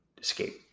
escape